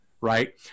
right